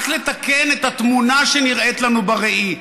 רק לתקן את התמונה שנראית לנו בראי.